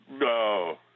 No